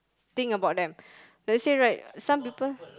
think about them let's say right some people